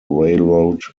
railroad